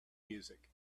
music